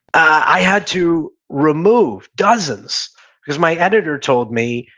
i had to remove dozens because my editor told me,